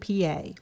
PA